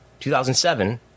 2007